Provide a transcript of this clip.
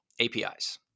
APIs